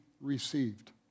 received